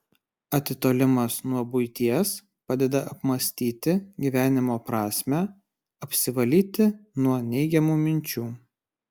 atitolimas nuo buities padeda apmąstyti gyvenimo prasmę apsivalyti nuo neigiamų minčių